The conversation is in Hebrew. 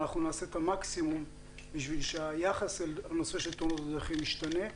אנחנו נעשה את המקסימום כדי שהיחס אל נושא תאונות הדרכים ישתנה,